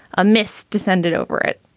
a mist descended over it,